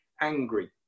angry